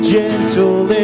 gentle